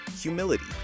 humility